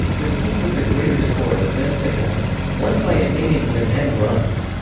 the team with the greater score is then said to have won by an innings and n runs,